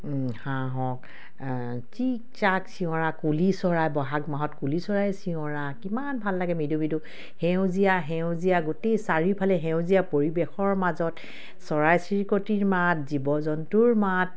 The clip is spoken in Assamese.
হাঁহ হওক চিঞৰা কুলি চৰাই বহাগ মাহত কুলি চৰাই চিঞৰা কিমান ভাল লাগে মৃদু মৃদু সেউজীয়া সেউজীয়া গোটেই চাৰিওফালে সেউজীয়া পৰিৱেশৰ মাজত চৰাই চিৰিকটিৰ মাত জীৱ জন্তুৰ মাত